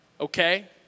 okay